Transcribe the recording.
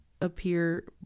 appear